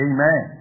Amen